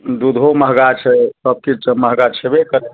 दूधो महँगा छै सब किछु महँगा छेबे करै